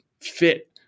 fit